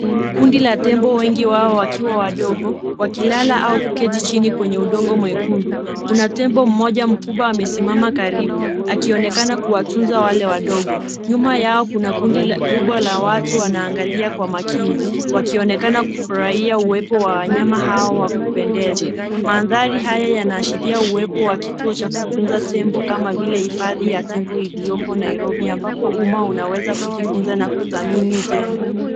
Kundi la tembo wengi wao wakiwa wadogo, wakilala au wakiketi chini kwenye udongo mwekundu, kuna tembo mmoja mkubwa amesimama karibu akionekana kuwa tunza wale wadogo. Nyuma yao kuna kundi kubwa la watu wana angalia kwa makini wakionekana kufurahia uwepo wa wanyama hao wa kupendaza. Mandhari hayo yana ashiria uwepo wa kituo cha kutunza tembo kama vile hifadhi ya tembo iliyopo Nairobi ambapo umma unaweza kujifunza na kuthamini tembo.